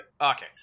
Okay